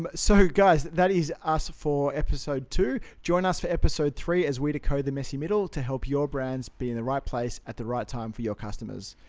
but so guys, that is us for episode two. join us for episode three as we decode the messy middle to help your brands be in the right place at the right time for your customers.